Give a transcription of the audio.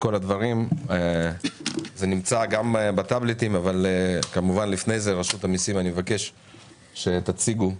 הדברים אני מבקש מרשות המסים להציג.